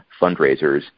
fundraisers